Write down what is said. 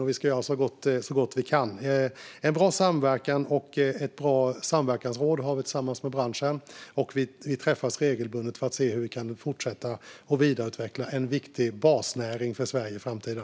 Och vi ska göra så gott vi kan. Vi har en bra samverkan och ett bra samverkansråd med branschen, och vi träffas regelbundet för att se hur vi kan fortsätta att vidareutveckla en viktig basnäring för Sverige i framtiden.